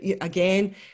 again